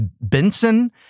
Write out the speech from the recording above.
Benson—